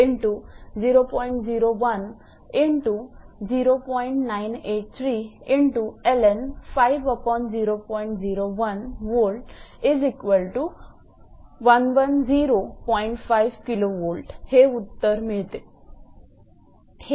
हे R M S voltage आहे